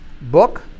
book